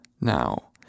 Now